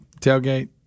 tailgate